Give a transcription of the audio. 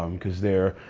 um cause they're,